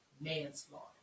manslaughter